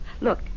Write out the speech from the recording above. Look